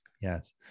Yes